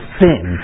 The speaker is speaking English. sin